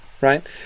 right